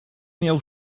miał